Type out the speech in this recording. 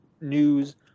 news